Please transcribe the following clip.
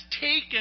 taken